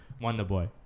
Wonderboy